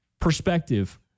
perspective